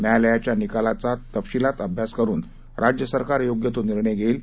न्यायालयाच्या निकालाचा तपशीलात अभ्यास करून राज्य सरकार योग्य तो निर्णय घेईल